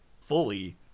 fully